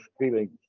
feeling